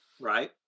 Right